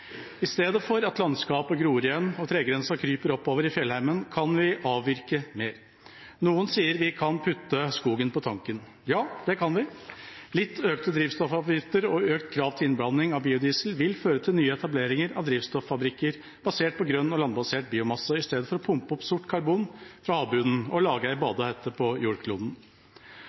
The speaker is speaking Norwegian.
I stedet for at landskapet gror igjen og tregrensa kryper oppover i fjellheimen, kan vi avvirke mer. Noen sier at vi kan putte skogen på tanken. Ja, det kan vi. Litt økte drivstoffavgifter og økt krav til innblanding av biodiesel vil føre til nye etableringer av drivstoffabrikker basert på grønn og landbasert biomasse istedenfor å pumpe opp sort karbon fra havbunnen og lage en badehette på jordkloden.